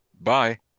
Bye